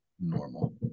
normal